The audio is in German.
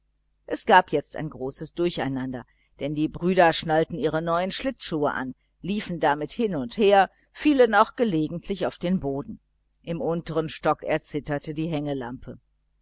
es gab jetzt ein großes durcheinander denn die brüder probierten ihre neuen schlittschuhe an liefen damit hin und her fielen auch gelegentlich auf den boden im untern stock erzitterte die hängelampe